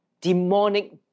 demonic